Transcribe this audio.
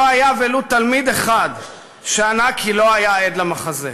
לא היה ולו תלמיד אחד שענה כי לא היה עד למחזה.